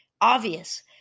obvious